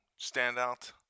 standout